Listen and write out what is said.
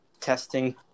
testing